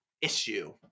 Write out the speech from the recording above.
issue